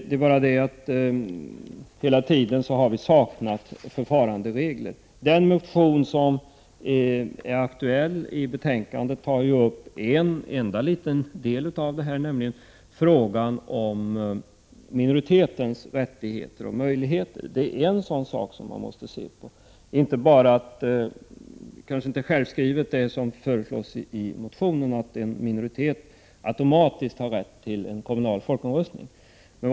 Det har dock hela tiden sedan dess saknats förfaranderegler. I den motion som är aktuell i betänkandet tar man upp en enda liten del av det hela, nämligen frågan om minoritetens rättigheter och möjligheter. Det är en fråga som måste studeras. Det är inte helt självklart att förslaget i motionen, att en minoritet automatiskt skall ha rätt till kommunal folkomröstning, bör biträdas.